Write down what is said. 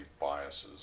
biases